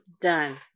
Done